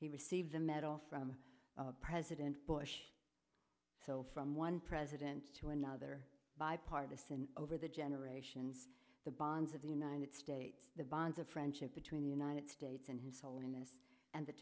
he received a medal from president bush from one president to another bipartisan over the generator and the bonds of the united states the bonds of friendship between the united states and his holiness and the